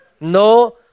No